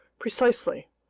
precisely.